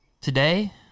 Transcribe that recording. today